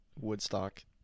woodstock